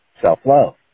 self-love